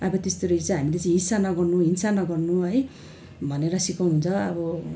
अब त्यसरी चाहिँ हामीले हिंसा नगर्नु हिंसा नगर्नु है भनेर सिकाउनुहुन्छ अब